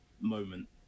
moment